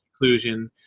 conclusion